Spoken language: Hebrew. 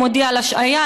הוא מודיע על השעיה,